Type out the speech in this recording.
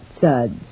suds